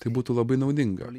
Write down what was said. tai būtų labai naudinga